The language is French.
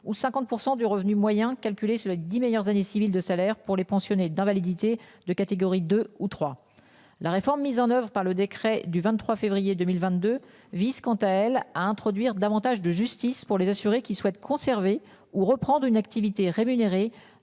ou 50% du revenu moyen calculé sur les 10 meilleures années civiles de salaire pour les pensionnés d'invalidité de catégorie 2 ou 3. La réforme mise en oeuvre par le décret du 23 février 2022 vice-quant à elle à introduire davantage de justice pour les assurés qui souhaite conserver ou reprendre une activité rémunérée